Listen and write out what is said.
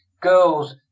girls